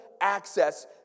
access